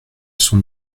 sont